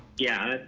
yeah,